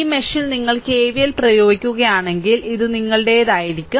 ഈ മെഷിൽ നിങ്ങൾ KVL പ്രയോഗിക്കുകയാണെങ്കിൽ ഇത് നിങ്ങളുടേതായിരിക്കും